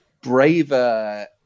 braver